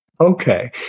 Okay